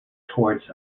towards